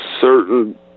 certain